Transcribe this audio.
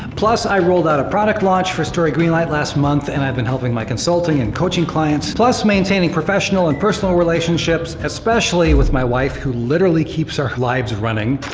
plus, i rolled out a product launch for story greenlight last month and i've been helping my consulting and coaching clients. plus maintaining professional and personal relationships, especially with my wife, who literally keeps our lives running.